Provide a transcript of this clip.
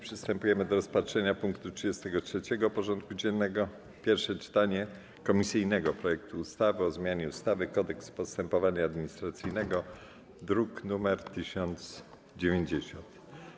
Przystępujemy do rozpatrzenia punktu 33. porządku dziennego: Pierwsze czytanie komisyjnego projektu ustawy o zmianie ustawy - Kodeks postępowania administracyjnego (druk nr 1090)